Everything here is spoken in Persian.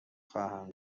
خواهم